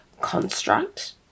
construct